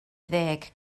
ddeg